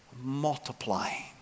multiplying